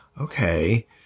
Okay